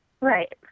Right